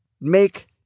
make